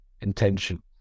intention